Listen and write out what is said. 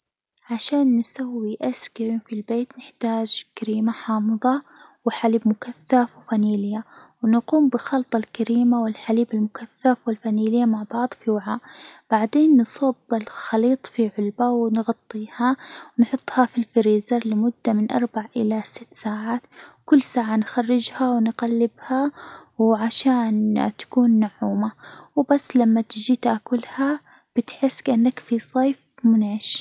عشان نسوي آيس كريم في البيت، نحتاج كريمة حامضة وحليب مكثف وفانيليا، نقوم بخلط الكريمة، والحليب المكثف، والفانيليا مع بعض في وعاء، بعدين نصب الخليط في علبة ونغطيها ونحطها في الفريزر لمدة من أربع إلى ست ساعات، كل ساعة نخرجها ونقلبها وعشان تكون ناعومة وبس، لما تجي تاكلها بتحس كأنك في صيف منعش.